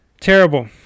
terrible